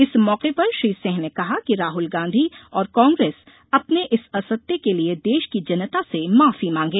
इस मौके पर श्री सिंह ने कहा कि राहुल गांधी और कांग्रेस अपने इस असत्य के लिये देश की जनता से माफी मांगे